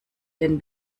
den